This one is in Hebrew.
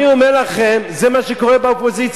אני אומר לכם, זה מה שקורה באופוזיציה.